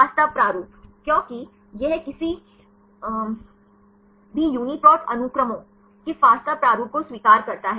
Fasta प्रारूप क्योंकि यह किसी भी UniProt अनुक्रमों के Fasta प्रारूप को स्वीकार करता है